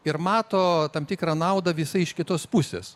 ir mato tam tikrą naudą visai iš kitos pusės